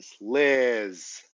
Liz